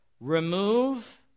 remove